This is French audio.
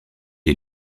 est